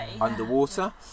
underwater